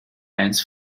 eins